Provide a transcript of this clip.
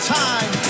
time